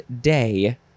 day